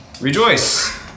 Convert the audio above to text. Rejoice